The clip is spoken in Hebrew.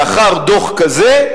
לאחר דוח כזה,